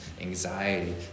anxiety